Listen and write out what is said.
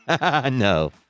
No